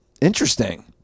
Interesting